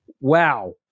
Wow